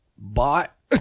bought